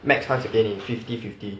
max 他只给你 fifty fifty